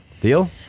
deal